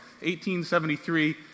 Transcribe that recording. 1873